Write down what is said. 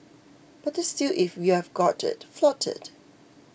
better still if you've got it flaunt it